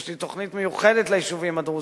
יש לי תוכנית מיוחדת ליישובים הדרוזיים,